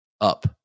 up